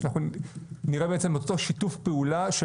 שאנחנו נראה בעצם את אותו שיתוף פעולה של